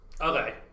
Okay